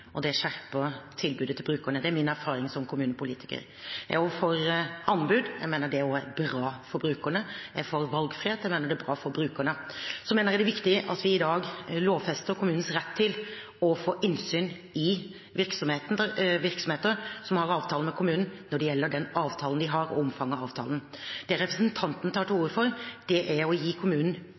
konkurranse, det skjerper kommunen, og det skjerper tilbudet til brukerne. Det er min erfaring som kommunepolitiker. Jeg er også for anbud, jeg mener det er bra for brukerne. Jeg er for valgfrihet, jeg mener det er bra for brukerne. Så mener jeg det er viktig at vi i dag lovfester kommunens rett til å få innsyn i virksomheter som den har avtale med, når det gjelder avtalen og omfanget av den. Det representanten tar til orde for, er å gi kommunen